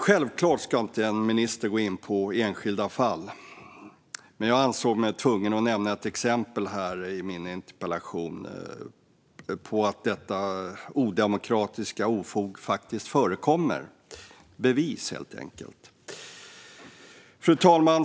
En minister ska självfallet inte gå in på enskilda fall, men jag ansåg mig tvungen att i min interpellation nämna ett exempel som visar hur detta odemokratiska ofog förekommer - bevis, helt enkelt. Fru talman!